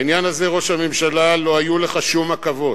בעניין זה, ראש הממשלה, לא היו לך שום עכבות,